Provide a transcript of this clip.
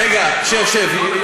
רגע, שב, שב.